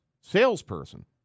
salesperson